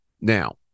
Now